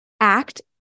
act